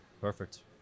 perfect